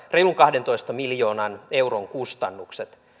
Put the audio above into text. reilun kahdentoista miljoonan euron kustannukset